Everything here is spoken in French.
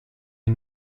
est